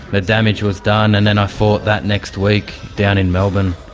the damage was done. and then i fought that next week down in melbourne,